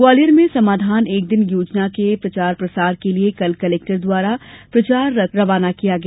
ग्वालियर में समाधान एक दिन योजना के प्रचार प्रसार के लिए कल कलेक्टर द्वारा प्रचार प्रसार रथ रवाना किया गया